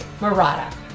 Murata